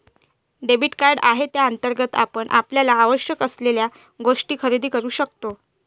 debit card आहे ज्याअंतर्गत आपण आपल्याला आवश्यक असलेल्या गोष्टी खरेदी करू शकतो